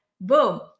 boom